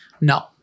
No